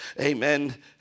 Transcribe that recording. amen